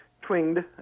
twinged